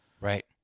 Right